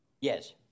Yes